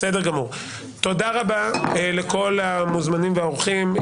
תודה רבה לכל המוזמנים והאורחים.